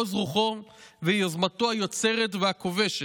עוז רוחו ויוזמתו היוצרת והכובשת".